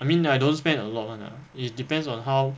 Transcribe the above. I mean I don't spend a lot [one] lah it depends on how